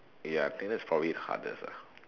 ya I think that's probably hardest lah